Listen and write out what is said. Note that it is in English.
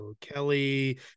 Kelly